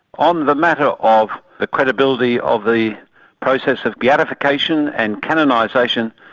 on the matter of the credibility of the process of beatification, and canonisation,